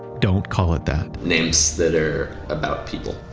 don't call it that. names that are about people,